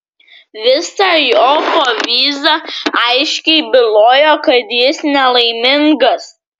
visa jo povyza aiškiai bylojo kad jis nelaimingas